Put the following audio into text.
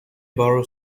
borrow